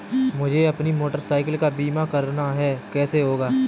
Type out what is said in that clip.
मुझे अपनी motorcycle का बीमा करना है कैसे होगा?